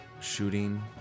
shooting